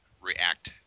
react